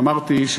ואמרתי: